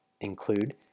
include